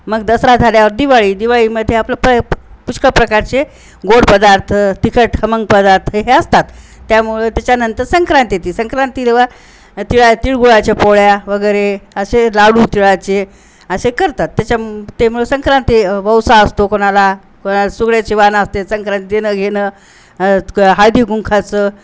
मग दसरा झाल्यावर दिवाळी दिवाळीमध्ये आपलं प पुष्कळ प्रकारचे गोड पदार्थ तिखट खमंग पदार्थ हे असतात त्यामुळे त्याच्यानंतर संक्रांत येती संक्रांतीला तिळा तिळगुळाच्या पोळ्या वगैरे असे लाडू तिळाचे असे करतात त्याच्या त्यामुळं संक्रांती वौसा असतो कोणाला कोणाला सुगडाची वाणं असतात संक्रांती देणं घेणं द हळदी कुखाचं